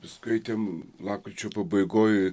skaitėm lapkričio pabaigoje